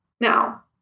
now